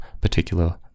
particular